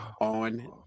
on